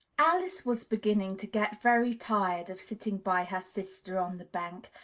alice was beginning to get very tired of sitting by her sister on the bank,